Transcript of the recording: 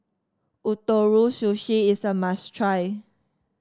Ootoro Sushi is a must try